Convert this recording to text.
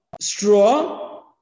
straw